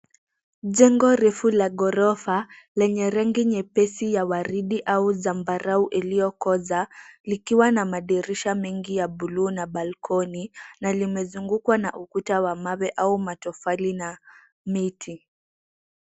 Jengo refu la ghorofa lenye rangi nyepesi ya waridi au zambarau iliyokoza likiwa na madirisha mengi ya bluu na balcony na limezungukwa na ukuta wa mawe au matofali na miti.